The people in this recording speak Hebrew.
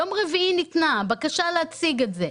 ביום רביעי ניתנה בקשה להציג את זה,